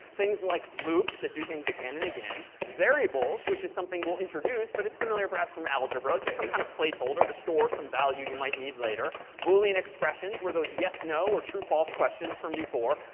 things like loops that do things again and again, variables, which is something we'll introduce, but it's familiar perhaps from algebra just some kind of placeholder to store some value you might need later boolean expressions, where those yes no or true false questions from before.